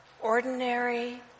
ordinary